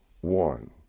one